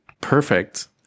perfect